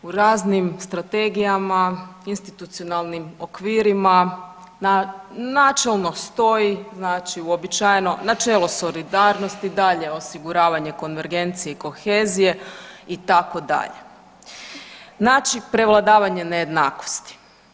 U raznim strategijama, institucionalnim okvirima, načelno stoji uobičajeno načelo solidarnosti, dalje osiguravanje konvergencije i kohezije itd., znači prevladavanje nejednakosti.